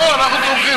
לא, אנחנו תומכים.